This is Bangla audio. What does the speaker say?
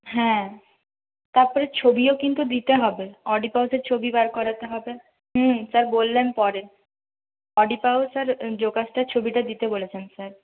হ্যাঁ তারপরে ছবিও কিন্তু দিতে হবে অডীপাউসের ছবি বার করাতে হবে হুম স্যার বললেন পরে অডীপাউস আর জোকাস্টারের ছবিটা দিতে বলেছেন স্যার